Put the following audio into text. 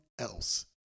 else